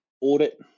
audit